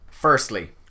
Firstly